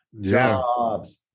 jobs